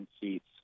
seats